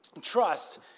Trust